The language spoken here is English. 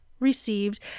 Received